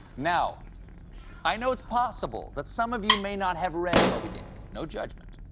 now i know it's possible that some of you may not have read mobydick, no judge, but